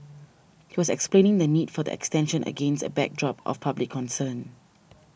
he was explaining the need for the extension against a backdrop of public concern